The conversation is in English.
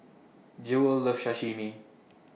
Jewell loves Sashimi